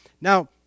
Now